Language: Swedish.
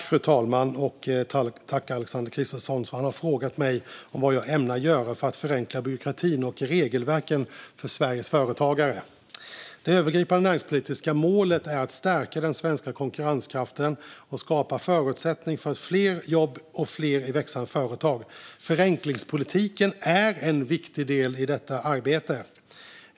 Fru talman! Tack, Alexander Christiansson, för frågan om vad jag ämnar göra för att förenkla byråkratin och regelverken för Sveriges företagare. Det övergripande näringspolitiska målet är att stärka den svenska konkurrenskraften och skapa förutsättning för fler jobb i fler och växande företag. Förenklingspolitiken är en viktig del i detta arbete.